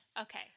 Okay